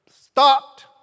stopped